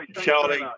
Charlie